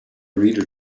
reader